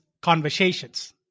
Conversations